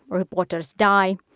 reporters die.